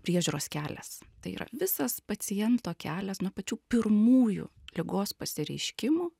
priežiūros kelias tai yra visas paciento kelias nuo pačių pirmųjų ligos pasireiškimų